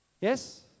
Yes